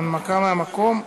הנמקה מהמקום.